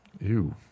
Ew